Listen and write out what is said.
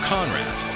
Conrad